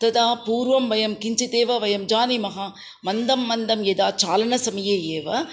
तदा पूर्वं वयं किञ्चिदेव वयं जानीमः मन्दं मन्दं यदा चालनसमये एव